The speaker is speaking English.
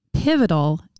pivotal